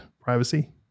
privacy